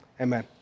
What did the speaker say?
Amen